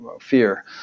fear